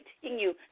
continue